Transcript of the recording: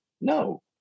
No